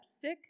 sick